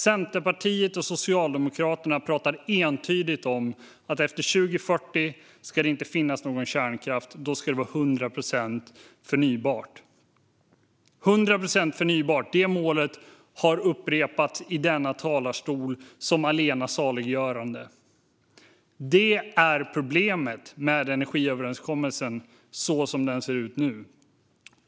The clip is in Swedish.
Centerpartiet och Socialdemokraterna talar entydigt om att efter 2040 ska det inte finnas någon kärnkraft. Då ska det vara 100 procent förnybart. Målet 100 procent förnybart har upprepats i denna talarstol som allena saliggörande. Det är problemet med energiöverenskommelsen så som den nu ser ut.